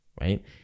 right